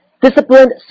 disciplined